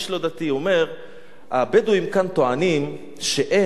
איש לא דתי: הבדואים כאן טוענים שהם